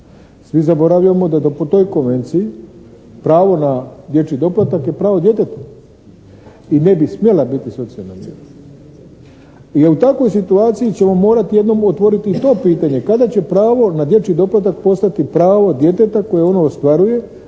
Svi zaboravljamo da je po toj konvenciji pravo na dječji doplatak je pravo djeteta. I ne bi smjela biti socijalna mjera. I u takvoj situaciji ćemo morati jednom otvoriti i to pitanje kada će pravo na dječji doplatak postati pravo djeteta koje ono ostvaruje